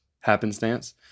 happenstance